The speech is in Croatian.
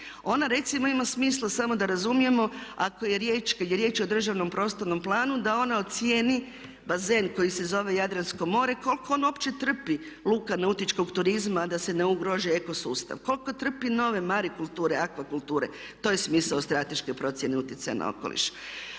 Ona recimo ima smisla, samo da razumijemo ako je riječ, kada je riječ o državnom prostornom planu da ona ocijeni bazen koji se zove Jadransko more koliko ono uopće trpi luka nautičkog turizma da se ne ugrozi eko sustav. Koliko trpi nove marikulture, aqua kulture, to je smisao strateške procjene utjecaja na okoliš.